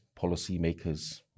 policymakers